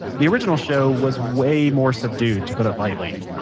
the original show was way more subdued, to put it lightly.